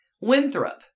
Winthrop